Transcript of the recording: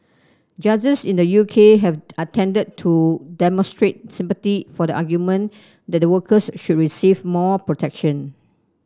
judges in the U K have attended to demonstrate sympathy for the argument that the workers should receive more protection